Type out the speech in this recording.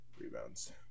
rebounds